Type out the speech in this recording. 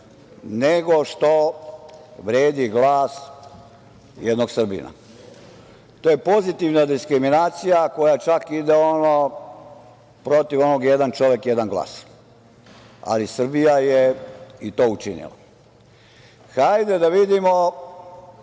nego što vredi glas jednog Srbina. To je pozitivna diskriminacija koja čak ide protiv onog „jedan čovek – jedan glas“, a Srbija je i to učinila. Hajde da vidimo,